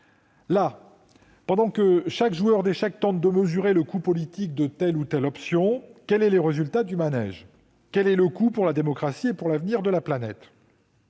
Las, pendant que chaque joueur d'échecs tente de mesurer le coût politique de telle ou telle option, quel est le résultat de ce manège ? Quel est le coût pour la démocratie et pour l'avenir de la planète ?